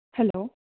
hello